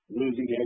losing